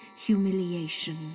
Humiliation